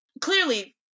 clearly